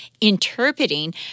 interpreting